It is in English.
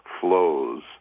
flows